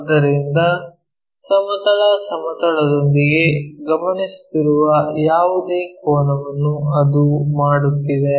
ಆದ್ದರಿಂದ ಸಮತಲ ಸಮತಲದೊಂದಿಗೆ ಗಮನಿಸುತ್ತಿರುವ ಯಾವುದೇ ಕೋನವನ್ನು ಅದು ಮಾಡುತ್ತಿದೆ